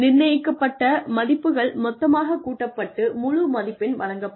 நிர்ணயிக்கப்பட்ட மதிப்புகள் மொத்தமாகக் கூட்டப்பட்டு முழு மதிப்பெண் வழங்கப்படும்